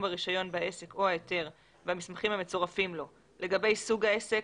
ברישיון בעסק או ההיתר במסמכים המצורפים לו לגבי סוג העסק,